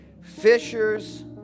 Fishers